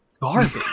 garbage